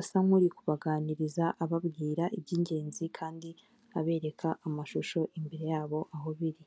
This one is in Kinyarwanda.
asa n'uri kubaganiriza ababwira ibyingenzi kandi abereka amashusho imbere yabo aho biri.